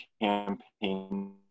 campaign